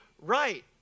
right